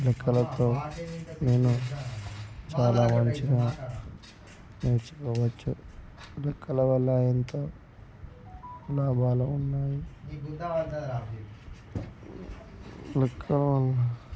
లెక్కలతో నేను చాలా మంచిగా నేర్చుకోవచ్చు లెక్కల వల్ల ఎంతో లాభాలు ఉన్నాయి లెక్కల వల్ల